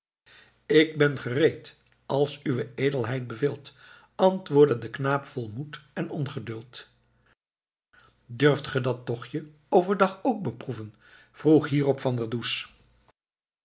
ik ben gereed als uwe edelheid beveelt antwoordde de knaap vol moed en ongeduld durft ge dat tochtje overdag ook beproeven vroeg hierop van der